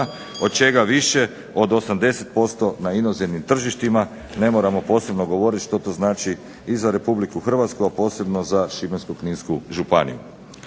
od čega više od 80% na inozemnim tržištima. Ne moramo posebno govoriti što to znači i za Republiku Hrvatsku, a posebno za Šibensko-kninsku županiju.